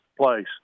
place